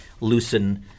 loosen